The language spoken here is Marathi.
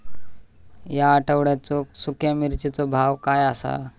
या आठवड्याचो सुख्या मिर्चीचो भाव काय आसा?